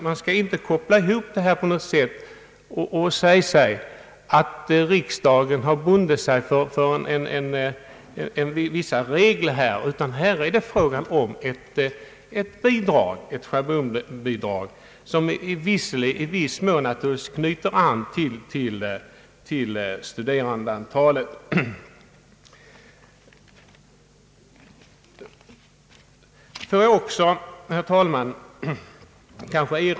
Man kan inte säga att riksdagen har bundit sig till vissa regler här, utan det är fråga om ett schablonbidrag, som dock knyter an till studerandeantalet.